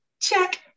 Check